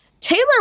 Taylor